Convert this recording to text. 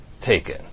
taken